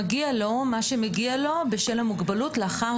מגיע לו מה שמגיע לו בשל המוגבלות לאחר